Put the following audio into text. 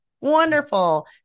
wonderful